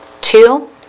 Two